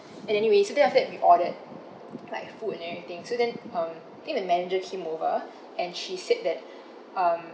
and anyway so then after that we ordered like food and everything so then um I think the manager came over and she said that um